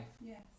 Yes